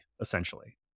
essentially